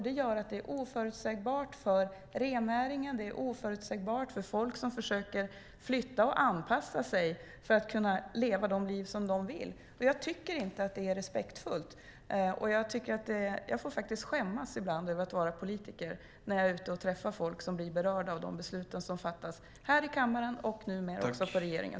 Det är att det blir oförutsägbart för rennäringen, för folk som flyttar och försöker anpassa sig för att kunna leva de liv som de vill leva. Jag tycker inte att det är respektfullt. Jag får faktiskt skämmas ibland över att vara politiker när jag är ute träffar folk som blir berörda av de beslut som fattas här i kammaren och numera också i regeringen.